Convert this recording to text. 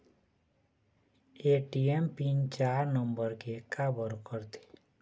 ATM PIN चार number के काबर करथे?